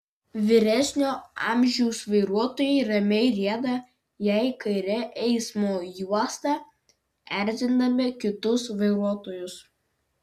vyresnio amžiaus vairuotojai ramiai rieda jei kaire eismo juosta erzindami kitus vairuotojus